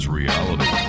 reality